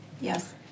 yes